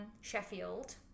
Sheffield